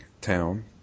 town